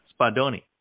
Spadoni